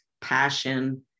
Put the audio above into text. passion